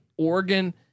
Oregon